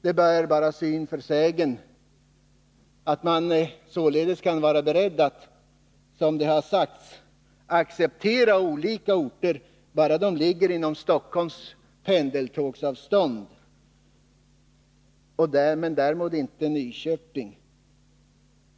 Det bär bara syn för sägen att man, som det har sagts, kan vara beredd att acceptera olika orter bara de ligger inom pendelavstånd från Stockholm — däremot inte Nyköping.